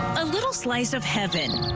a little slice of heaven,